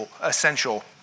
essential